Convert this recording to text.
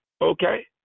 Okay